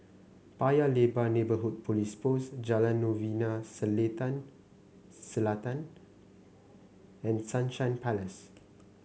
Paya Lebar Neighbourhood Police Post Jalan Novena Selatan and Sunshine Place